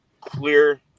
clear